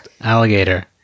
Alligator